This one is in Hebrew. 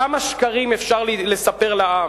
כמה שקרים אפשר לספר לעם?